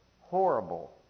horrible